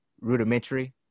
rudimentary